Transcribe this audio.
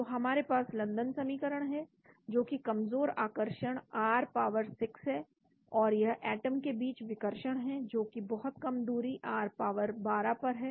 फिर हमारे पास लंदन समीकरण है जो कि कमजोर आकर्षण r पावर 6 है और यह एटम के बीच विकर्षण है जोकि बहुत कम दूरी r पावर 12 पर है